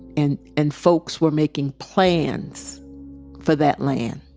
and and folks were making plans for that land.